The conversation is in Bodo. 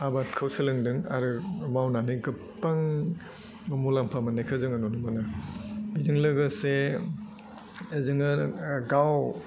आबादखौ सोलोंदों आरो मावनानै गोबबां मुलाम्फा मोन्नायखो जोङो नुनो मोनो बेजों लोगोसे जोङो गाव